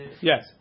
Yes